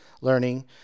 learning